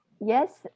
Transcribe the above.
yes